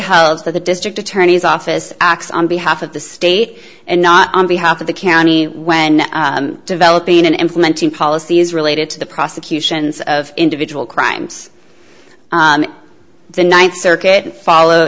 that the district attorney's office acts on behalf of the state and not on behalf of the county when developing and implementing policies related to the prosecutions of individual crimes the ninth circuit follow